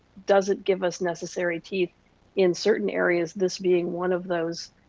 doesn't give us necessity in certain areas, this being one of those,